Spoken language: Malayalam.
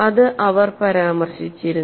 ഇത് അവർ പരാമർശിച്ചിരുന്നു